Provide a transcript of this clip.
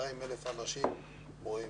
200,000 אנשים או עם